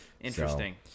Interesting